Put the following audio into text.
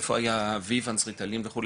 התפתחו.